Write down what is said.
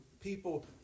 people